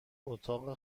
اتاق